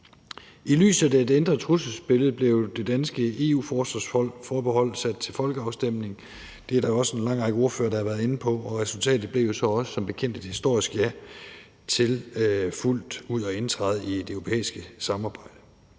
I lyset af det ændrede trusselsbillede blev det danske EU-forsvarsforbehold sat til folkeafstemning – det er der også en lang række ordførere der har været inde på – og resultatet blev jo så også som bekendt et historisk ja til fuldt ud at indtræde i det europæiske samarbejde.